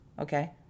okay